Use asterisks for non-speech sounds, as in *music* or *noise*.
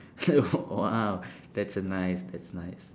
*laughs* ah that's a nice that's nice